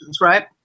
Right